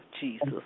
Jesus